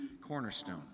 cornerstone